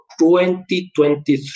2023